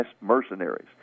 mercenaries